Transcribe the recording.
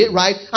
right